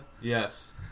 Yes